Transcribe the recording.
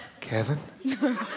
Kevin